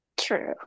True